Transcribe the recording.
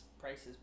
prices